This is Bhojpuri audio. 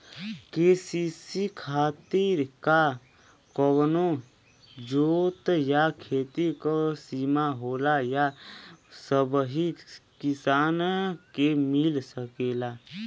के.सी.सी खातिर का कवनो जोत या खेत क सिमा होला या सबही किसान के मिल सकेला?